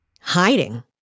hiding